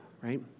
right